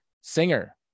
singer